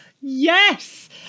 Yes